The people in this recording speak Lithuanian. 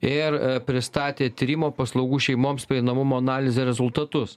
ir pristatė tyrimo paslaugų šeimoms prieinamumo analizė rezultatus